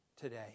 today